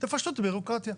תפשטו את הבירוקרטיה,